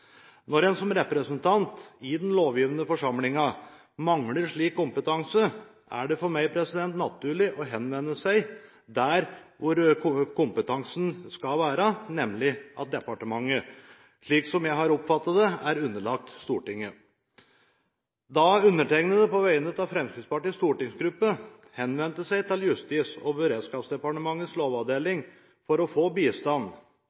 Når en som representant i den lovgivende forsamlingen mangler slik kompetanse, er det for meg naturlig å henvende seg der hvor kompetansen skal være, nemlig til departementet, som – slik som jeg har oppfattet det – er underlagt Stortinget. Da undertegnede på vegne av Fremskrittspartiets stortingsgruppe henvendte seg til Justis- og beredskapsdepartementets lovavdeling for å få bistand,